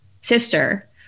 sister